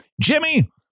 Jimmy